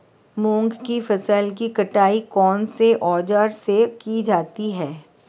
मूंग की फसल की कटाई कौनसे औज़ार से की जाती है?